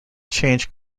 change